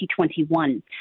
2021